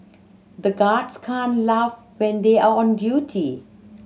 the guards can't laugh when they are on duty